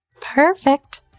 Perfect